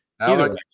Alex